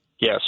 Yes